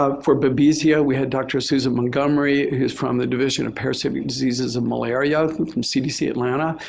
um for babesia, we have dr. susan montgomery who's from the division of parasitic diseases of malaria from from cdc, atlanta,